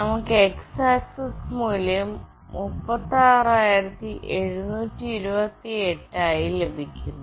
നമുക്ക് x axis മൂല്യം 36728 ആയി ലഭിക്കുന്നു